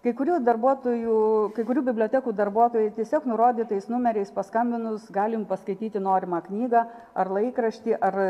kai kurių darbuotojų kai kurių bibliotekų darbuotojai tiesiog nurodytais numeriais paskambinus gali jum paskaityti norimą knygą ar laikraštį ar